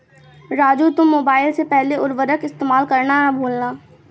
राजू तुम मोबाइल से पहले उर्वरक का इस्तेमाल करना ना भूलना